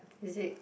is it